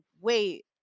wait